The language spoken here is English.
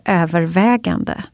övervägande